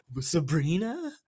Sabrina